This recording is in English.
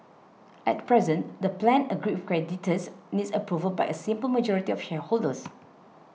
at present the plan agreed with creditors needs approval by a simple majority of shareholders